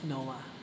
Noah